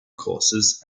courses